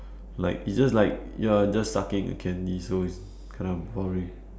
like it's just like you're just sucking a candy so it's kinda boring